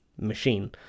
machine